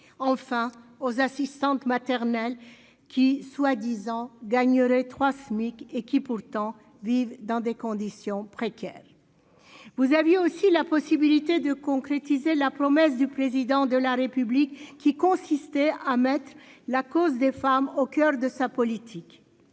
enfin aux assistantes maternelles qui soit disant gagneraient 3 SMIC et qui pourtant vivent dans des conditions précaires, vous aviez aussi la possibilité de concrétiser la promesse du président de la République qui consistait à mettre la cause des femmes au coeur de sa politique,